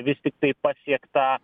vis tiktai pasiekta